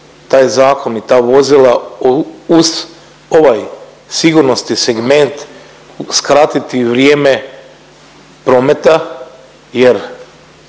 taj zakon i ta vozila uz ovaj sigurnosni segment skratiti vrijeme prometa jer